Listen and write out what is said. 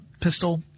pistol